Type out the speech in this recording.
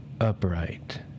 upright